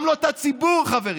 גם לא את הציבור, חברים.